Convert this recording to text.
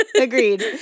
Agreed